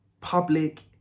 public